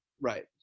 Right